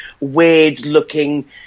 weird-looking